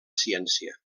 ciència